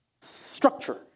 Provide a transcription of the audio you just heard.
structure